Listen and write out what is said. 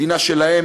מדינה שלהם,